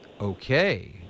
Okay